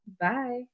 Bye